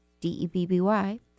D-E-B-B-Y